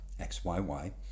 XYY